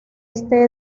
este